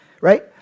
right